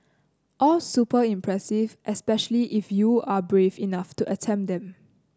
all super impressive especially if you are brave enough to attempt them